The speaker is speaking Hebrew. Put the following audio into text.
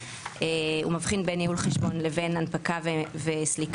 הוא מבחין בין ניהול חשבון לבין הנפקה וסליקה,